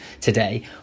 today